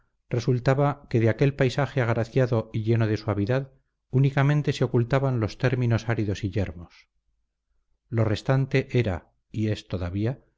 resultaba que de aquel paisaje agraciado y lleno de suavidad únicamente se ocultaban los términos áridos y yermos lo restante era y es todavía